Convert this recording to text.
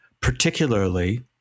particularly